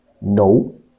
no